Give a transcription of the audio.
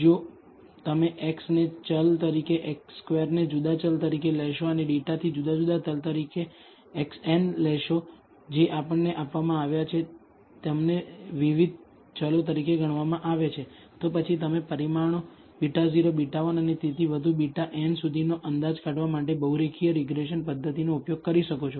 જો તમે x ને ચલ તરીકે x2 ને જુદા ચલ તરીકે લેશો અને ડેટાથી જુદા જુદા ચલ તરીકે xn લેશો જે આપણને આપવામાં આવ્યા છે તેમને વિવિધ ચલો તરીકે ગણવામાં આવે છે તો પછી તમે પરિમાણો β0 β1 અને તેથી વધુ βn સુધીનો અંદાજ કાઢવા માટે બહુરેખીય રીગ્રેસન પદ્ધતિઓનો ઉપયોગ કરી શકો છો